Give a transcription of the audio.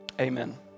Amen